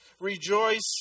Rejoice